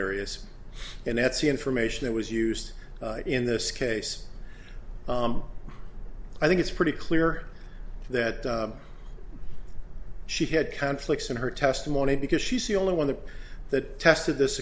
areas and that's the information that was used in this case i think it's pretty clear that she had conflicts in her testimony because she's the only one the that tested this